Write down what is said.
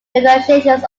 negotiations